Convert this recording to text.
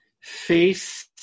Faith